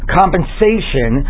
compensation